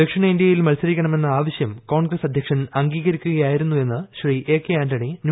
ദക്ഷിണേന്തൃയിൽ മത്സരിക്കണമെന്ന ആവശ്യം കോൺഗ്രസ് അധ്യക്ഷൻ അംഗീകരിക്കുകയായിരുന്നു എന്ന് എന്ന്